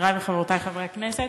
חברי וחברותי חברי הכנסת,